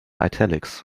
italics